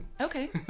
Okay